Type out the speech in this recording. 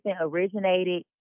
originated